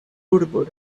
urboj